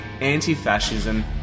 anti-fascism